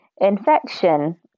infection